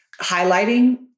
highlighting